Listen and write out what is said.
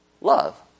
Love